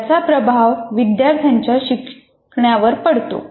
याचा प्रभाव विद्यार्थ्यांच्या शिकण्यावर पडतो